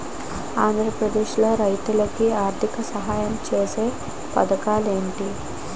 ఆంధ్రప్రదేశ్ లో రైతులు కి ఆర్థిక సాయం ఛేసే పథకాలు ఏంటి?